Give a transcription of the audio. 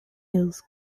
hills